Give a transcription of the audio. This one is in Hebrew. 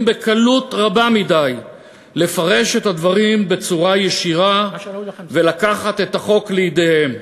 בקלות רבה מדי לפרש את הדברים בצורה ישירה ולקחת את החוק לידיהם.